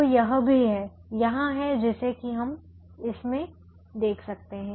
तो यह भी है यहां है जिसे कि हम इसमें देख सकते हैं